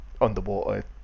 underwater